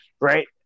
right